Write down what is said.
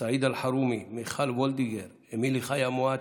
סעיד אלחרומי, מיכל וולדיגר, אמילי חיה מואטי,